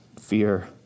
fear